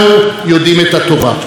לכולנו אכפת.